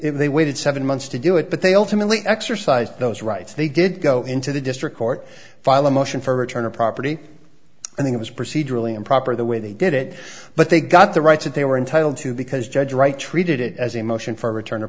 venture they waited seven months to do it but they ultimately exercise those rights they did go into the district court file a motion for return of property and it was procedurally improper the way they did it but they got the rights that they were entitled to because judge wright treated it as a motion for return